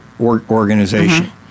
organization